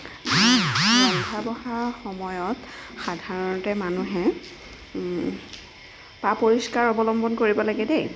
ৰন্ধা বঢ়াৰ সময়ত সাধাৰণতে মানুহে পা পৰিষ্কাৰ অৱলম্বন কৰিব লাগে দেই